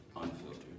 Unfiltered